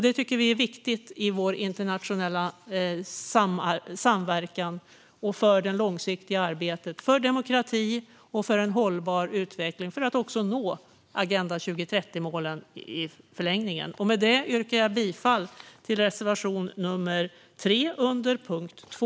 Det tycker vi är viktigt i vår internationella samverkan för det långsiktiga arbetet för demokrati och en hållbar utveckling och för att i förlängningen nå Agenda 2030-målen. Med det yrkar jag bifall till reservation 3 under punkt 2.